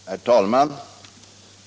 Herr talman!